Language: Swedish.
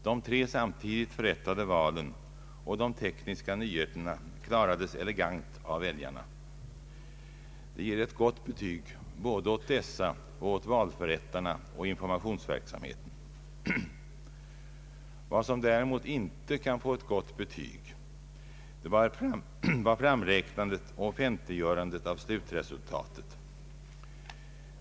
De tre samtidigt förrättade valen och de tekniska nyheterna klarades elegant av väljarna. Detta ger ett gott betyg både . åt dessa och åt valförrättarna och informationsverksamheten. Vad som däremot inte kan få ett gott betyg är framräknandet och offentliggörandet av slutresultatet.